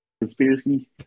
conspiracy